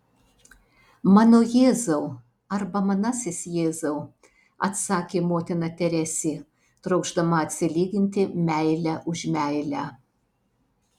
mano jėzau arba manasis jėzau atsakė motina teresė trokšdama atsilyginti meile už meilę